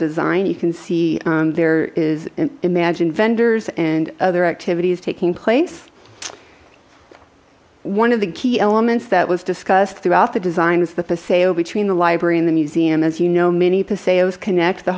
design you can see there is an imagined vendors and other activities taking place one of the key elements that was discussed throughout the design was the paseo between the library and the museum as you know many paseos connect the